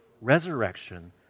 resurrection